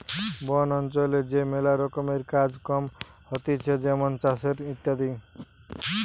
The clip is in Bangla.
বন অঞ্চলে যে ম্যালা রকমের কাজ কম হতিছে যেমন চাষের ইত্যাদি